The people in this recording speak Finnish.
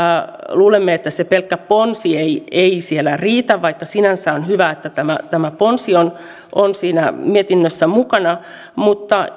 luulemme että se pelkkä ponsi ei ei siellä riitä vaikka sinänsä on hyvä että tämä ponsi on on siinä mietinnössä mukana mutta